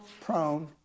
prone